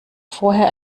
vorher